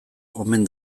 omen